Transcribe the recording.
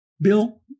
Bill